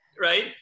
right